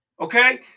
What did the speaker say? Okay